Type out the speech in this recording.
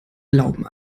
glauben